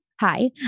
hi